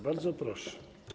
Bardzo proszę.